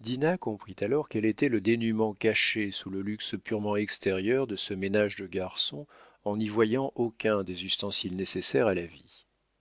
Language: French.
dinah comprit alors quel était le dénûment caché sous le luxe purement extérieur de ce ménage de garçon en n'y voyant aucun des ustensiles nécessaires à la vie